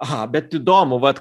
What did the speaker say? aha bet įdomu vat